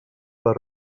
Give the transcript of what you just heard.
per